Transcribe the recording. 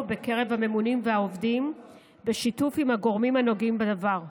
בקרב הממונים והעובדים בשיתוף עם הגורמים הנוגעים בדבר,